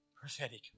prophetic